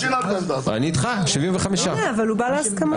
אבל שייתנו גם לאחרים להצביע.